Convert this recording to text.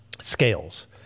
scales